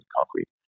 concrete